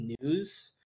news